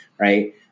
right